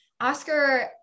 Oscar